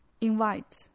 invite